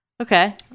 Okay